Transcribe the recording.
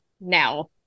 now